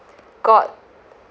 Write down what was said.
got